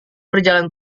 berjalan